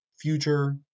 future